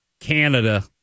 Canada